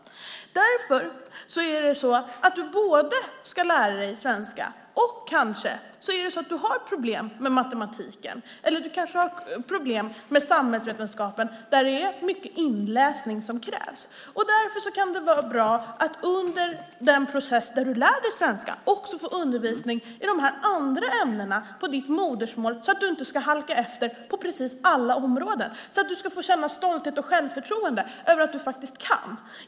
Du ska lära dig svenska samtidigt som du kanske har problem med matematiken eller samhällskunskapen, där det är mycket inläsning som krävs. Därför kan det vara bra att under den process där du lär dig svenska få undervisning i de andra ämnena på ditt modersmål, för att du inte ska halka efter på precis alla områden. Du ska få känna stolthet och självförtroende för att du faktiskt kan.